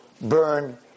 burn